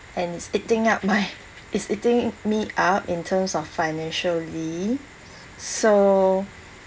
and it's eating up my it's eating me up in terms of financially so